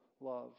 love